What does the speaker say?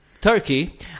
Turkey